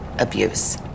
abuse